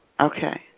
Okay